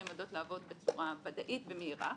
והן יודעות לעבוד בצורה ודאית ומהירה.